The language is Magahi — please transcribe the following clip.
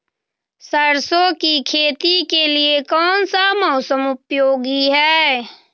सरसो की खेती के लिए कौन सा मौसम उपयोगी है?